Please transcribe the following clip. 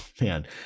man